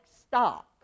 stock